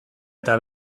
eta